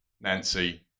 Nancy